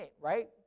right